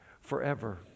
forever